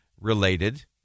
related